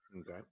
Okay